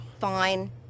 Fine